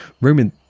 Roman